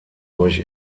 durch